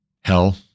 hell